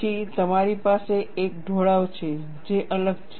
પછી તમારી પાસે એક ઢોળાવ છે જે અલગ છે